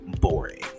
boring